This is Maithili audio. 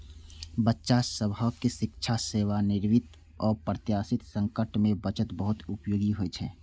बच्चा सभक शिक्षा, सेवानिवृत्ति, अप्रत्याशित संकट मे बचत बहुत उपयोगी होइ छै